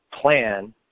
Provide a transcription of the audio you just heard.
plan